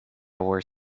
were